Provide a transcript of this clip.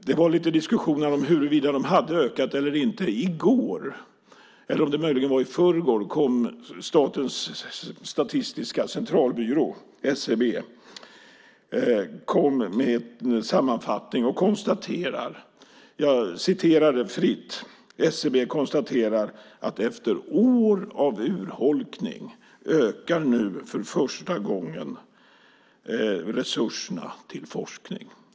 Det var lite diskussion här om huruvida de hade ökat eller inte. I går, eller om det möjligen var i förrgår, kom Statistiska centralbyrån, SCB, med en sammanfattning där man konstaterar att efter år av urholkning ökar nu för första gången resurserna till forskning.